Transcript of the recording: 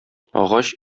агач